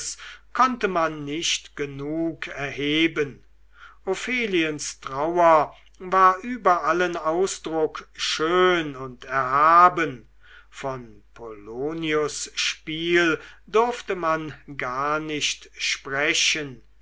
konnte man nicht genug erheben opheliens trauer war über allen ausdruck schön und erhaben von polonius spiel durfte man gar nicht sprechen